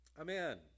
amen